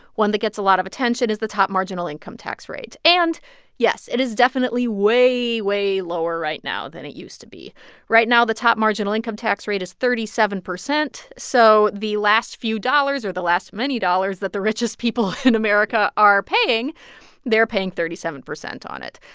one that gets a lot of attention is the top marginal income tax rate. and yes, it is definitely way, way lower right now than it used to be right now, the top marginal income tax rate is thirty seven percent percent. so the last few dollars or the last of many dollars that the richest people in america are paying they're paying thirty seven percent on it.